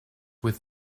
with